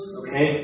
okay